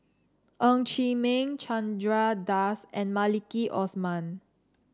Ng Chee Meng Chandra Das and Maliki Osman